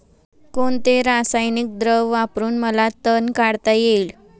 कोणते रासायनिक द्रव वापरून मला तण काढता येईल?